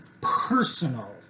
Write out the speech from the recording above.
personal